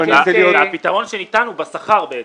הפתרון שניתן הוא בעצם בשכר.